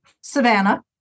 Savannah